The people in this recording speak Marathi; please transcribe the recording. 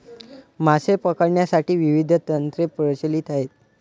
मासे पकडण्यासाठी विविध तंत्रे प्रचलित आहेत